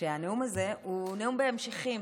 שהנאום הזה הוא נאום בהמשכים.